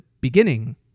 beginning